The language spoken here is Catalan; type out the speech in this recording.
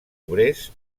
obrers